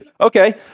Okay